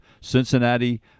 Cincinnati